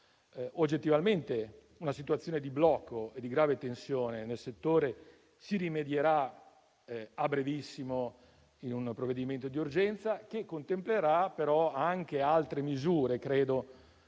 oggettivamente una situazione di blocco e di grave tensione nel settore, si rimedierà a brevissimo con un provvedimento di urgenza, che conterrà però anche altre misure per